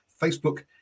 Facebook